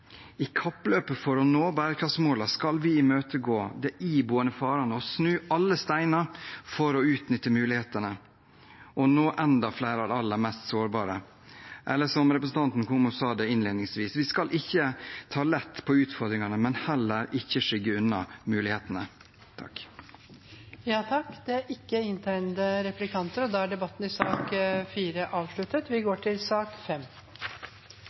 I kappløpet for å nå bærekraftsmålene skal vi imøtegå de iboende farene og snu alle steiner for å utnytte mulighetene og nå enda flere av de aller mest sårbare. Eller som representanten Kornmo sa det innledningsvis: Vi skal ikke ta lett på utfordringene, men heller ikke skygge unna mulighetene. Flere har ikke bedt om ordet til sak nr. 4. Etter ønske fra kontroll- og konstitusjonskomiteen vil presidenten ordne debatten slik: 5 minutter til saksordføreren, 3 minutter til